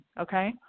okay